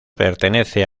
pertenece